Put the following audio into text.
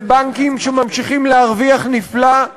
בבנקים שממשיכים להרוויח נפלא,